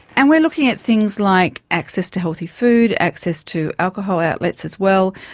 and we are looking at things like access to healthy food, access to alcohol outlets as well,